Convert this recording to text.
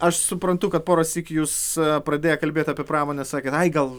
aš suprantu kad porąsyk jūs pradėję kalbėt apie pramonę sakėt ai gal